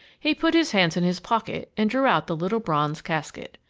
he put his hands in his pocket and drew out the little bronze casket.